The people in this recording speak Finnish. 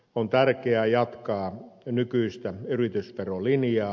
on tärkeää jatkaa nykyistä yritysverolinjaa